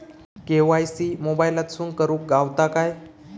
KYC मोबाईलातसून करुक गावता काय?